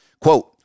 Quote